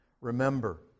Remember